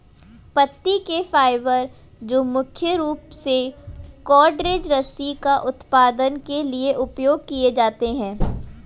पत्ती के फाइबर जो मुख्य रूप से कॉर्डेज रस्सी का उत्पादन के लिए उपयोग किए जाते हैं